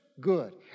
good